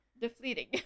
deflating